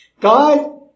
God